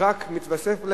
רק מתווסף להם,